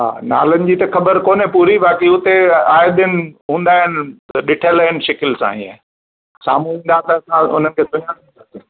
हा नालनि जी त ख़बर कोने पूरी बाक़ी उते आहे दिन हूंदा आहिनि ॾिठल आहिनि शिकिल सां ईअं साम्हूं ईंदा त असां उन्हनि खे सुञाणींदासीं